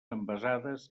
envasades